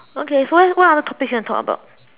okay what what other topics you want to talk about